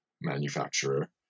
manufacturer